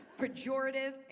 pejorative